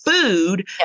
food